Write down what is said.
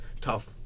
tough